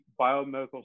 biomedical